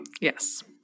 Yes